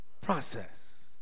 process